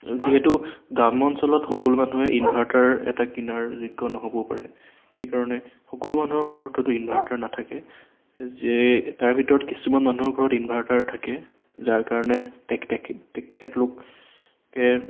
যিহেতু গ্ৰামাঞ্চলত সকলো মানুহে ইনভাৰ্টাৰ এটা কিনাৰ যোগ্য নহ'বও পাৰে সেইকাৰণে সকলো মানুহৰ ঘৰত হয়তো ইনভাৰ্টাৰ নাথাকে যে তাৰ ভিতৰত কিছুমান মানুহৰ ঘৰত ইনভাৰ্টাৰ থাকে যাৰ কাৰণে তে তেখে তেখেতলোকে